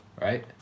right